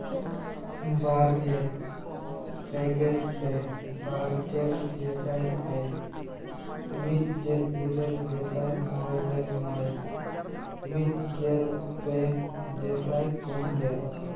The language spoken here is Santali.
ᱵᱟᱨᱜᱮᱞ ᱯᱮᱜᱮᱞ ᱯᱮ ᱵᱟᱨᱜᱮᱞ ᱜᱮᱥᱟᱭ ᱯᱮ ᱢᱤᱫᱜᱮᱞ ᱤᱨᱟᱹᱞ ᱜᱮᱥᱟᱭ ᱢᱚᱬᱮ ᱜᱮᱞ ᱢᱚᱬᱮ ᱢᱤᱫᱜᱮᱞ ᱯᱮ ᱜᱮᱥᱟᱭ ᱯᱩᱱᱜᱮᱞ